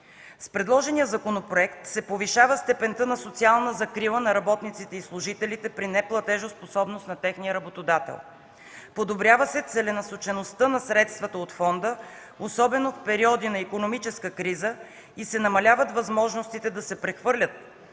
С предложения законопроект се повишава степента на социална закрила на работниците и служителите при неплатежоспособност на техния работодател. Подобрява се целенасочеността на средствата от фонда, особено в периоди на икономическа криза и се намаляват възможностите да се прехвърлят